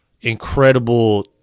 incredible